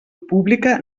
pública